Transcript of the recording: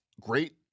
great